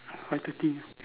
five thirty